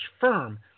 firm